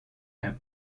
have